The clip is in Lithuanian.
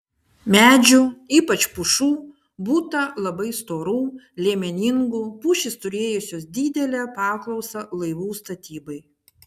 medžių ypač pušų būta labai storų liemeningų pušys turėjusios didelę paklausą laivų statybai